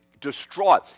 distraught